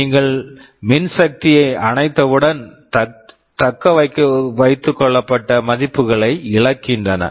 நீங்கள் மின்சக்தியை அணைத்தவுடன் தக்கவைத்துக்கொள்ளப்பட்ட மதிப்புகளை இழக்கின்றன